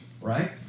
right